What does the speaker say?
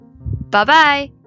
Bye-bye